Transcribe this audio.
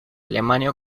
alemania